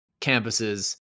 campuses